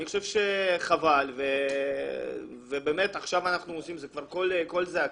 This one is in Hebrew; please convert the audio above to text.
אני חושב שחבל, עכשיו זה כבר קול זעקה.